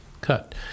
cut